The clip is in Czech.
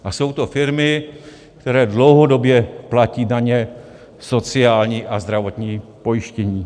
A jsou to firmy, které dlouhodobě platí daně, sociální a zdravotní pojištění.